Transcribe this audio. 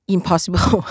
Impossible